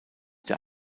der